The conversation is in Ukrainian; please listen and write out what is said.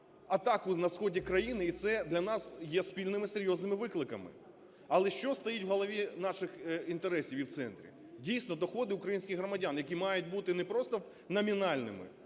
атаку на сході країни, і це для нас є спільними серйозними викликами. Але що стоїть в голові наших інтересів і в центрі. Дійсно, доходи українських громадян, які мають бути не просто номінальними,